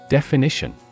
Definition